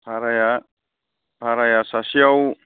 भाराया भाराया सासेयाव